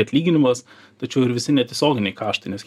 atlyginimas tačiau ir visi netiesioginiai kaštai nes